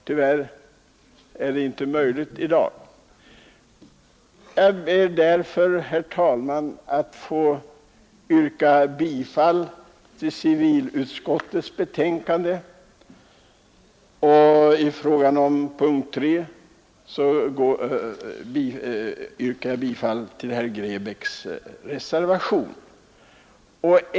Tyvärr är det inte möjligt i dag. Herr talman! Jag ber att få yrka bifall till civilutskottets hemställan utom i punkten 3, där jag yrkar bifall till reservation 3 av herr Grebäck m.fl.